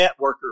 networker